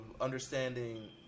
understanding